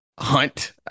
hunt